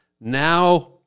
now